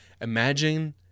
Imagine